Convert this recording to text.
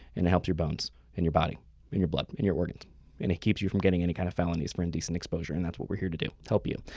and it helps your bones and your body and your blood and your organs. and it keeps you from getting any kind of felonies for indecent exposure. and that's what we're here to do, help you.